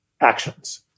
actions